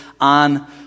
on